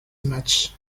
much